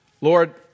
Lord